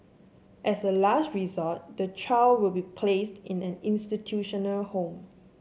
as a last resort the child will be placed in an institutional home